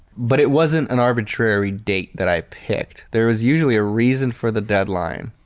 but it wasn't an arbitrary date that i picked. there was usually a reason for the deadline.